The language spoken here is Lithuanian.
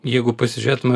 jeigu pasižiūrėtume